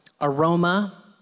aroma